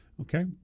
Okay